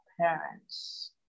parents